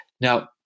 Now